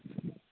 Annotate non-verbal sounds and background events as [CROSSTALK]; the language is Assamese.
[UNINTELLIGIBLE]